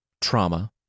trauma